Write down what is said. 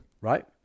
right